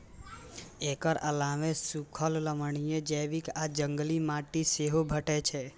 एकर अलावे सूखल, लवणीय, जैविक आ जंगली माटि सेहो भेटै छै